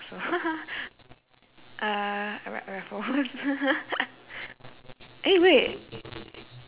uh ra~ raffles eh wait